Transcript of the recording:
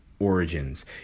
Origins